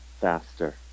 faster